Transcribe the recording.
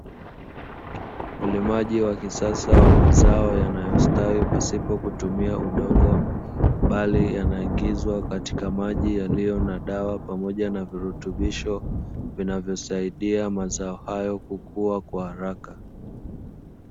Ulimaji wa kisasa wa mazao yanayostawi bila kutumia udongo, bali yanaingizwa katika maji yaliyo na dawa na virutubisho vinavyosaidia mazao hayo kukuwa kwa haraka.